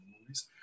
movies